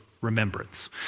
remembrance